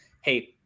hey